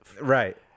right